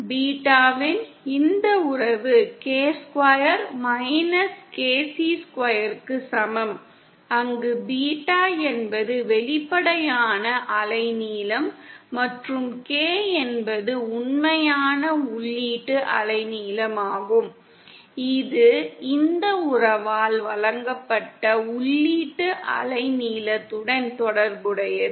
பீட்டாவின் இந்த உறவு K square minus KC square க்கு சமம் அங்கு பீட்டா என்பது வெளிப்படையான அலைநீளம் மற்றும் K என்பது உண்மையான உள்ளீட்டு அலைநீளம் ஆகும் இது இந்த உறவால் வழங்கப்பட்ட உள்ளீட்டு அலைநீளத்துடன் தொடர்புடையது